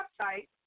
website